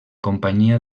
companyia